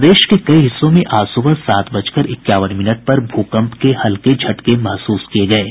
प्रदेश के कई हिस्सों में आज सुबह सात बजकर इक्यावन मिनट पर भूकंप के हल्के झटके महसूस किए गए हैं